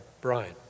Brian